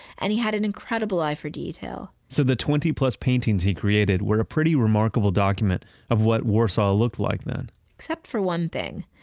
and he has an incredible eye for detail so the twenty plus paintings he created were a pretty remarkable document of what warsaw looked like then except for one thing.